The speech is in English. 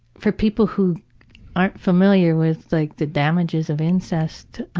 for people who aren't familiar with like the damages of incest.